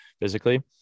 physically